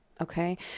Okay